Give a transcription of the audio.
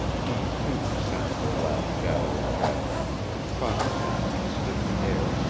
he, too, sensed the black shadow of tragedy and cautiously he sniffed the air,